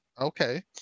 okay